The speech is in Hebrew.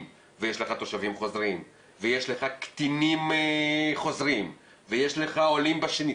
ויש לך תושבים חוזרים ויש לך קטינים חוזרים ויש לך עולים בשנית,